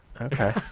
okay